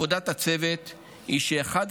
מעבודת הצוות היא שעבור נפגעות ונפגעי עבירה,